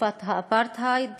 בתקופת האפרטהייד